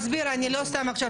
אין לו אפילו עוד בר מצווה,